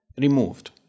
removed